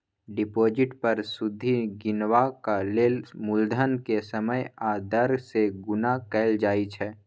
deposit पर सुदि गिनबाक लेल मुलधन केँ समय आ दर सँ गुणा कएल जाइ छै